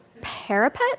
parapet